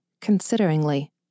consideringly